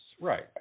right